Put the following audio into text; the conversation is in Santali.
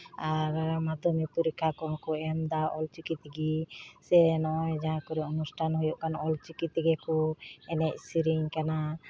ᱟᱨ ᱢᱟᱫᱽᱫᱷᱚᱢᱤᱠ ᱯᱚᱨᱤᱠᱠᱷᱟ ᱠᱚᱦᱚᱸ ᱠᱚ ᱮᱢᱫᱟ ᱚᱞᱪᱤᱠᱤ ᱛᱮᱜᱮ ᱥᱮ ᱱᱚᱜᱼᱚᱭ ᱡᱟᱦᱟᱸ ᱠᱚᱨᱮᱜ ᱚᱱᱩᱥᱴᱷᱟᱱ ᱦᱩᱭᱩᱜ ᱠᱟᱱ ᱚᱞᱪᱤᱠᱤ ᱛᱮᱜᱮ ᱠᱚ ᱮᱱᱮᱡ ᱥᱮᱨᱮᱧ ᱠᱟᱱᱟ